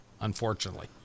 unfortunately